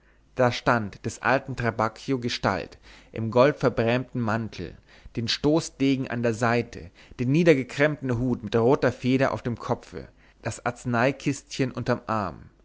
da stand des alten trabacchio gestalt im goldverbrämten mantel den stoßdegen an der seite den niedergekrempten hut mit roter feder auf dem kopfe das arzneikistchen unterm arm